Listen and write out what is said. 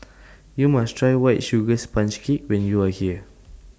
YOU must Try White Sugar Sponge Cake when YOU Are here